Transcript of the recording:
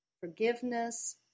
forgiveness